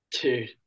Dude